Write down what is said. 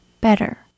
better